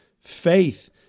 faith